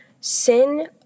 sin